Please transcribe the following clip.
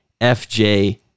FJ